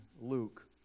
Luke